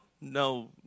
No